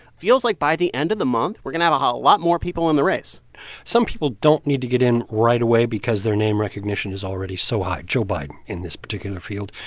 feels like, by the end of the month, we're going to have a lot more people in the race some people don't need to get in right away because their name recognition is already so high joe biden in this particular field.